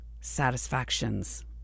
satisfactions